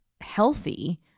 healthy